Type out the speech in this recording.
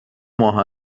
ماه